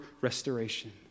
restoration